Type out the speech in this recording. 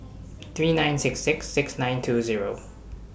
three nine six six six nine two Zero